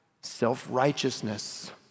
self-righteousness